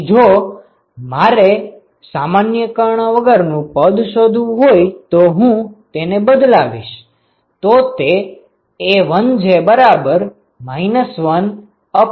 તેથી જો મારે સામાન્ય કર્ણ વગરનું પદ શોધવું હોય તો હું તેને બદલાવીશ